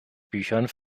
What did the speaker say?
büchern